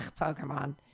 Pokemon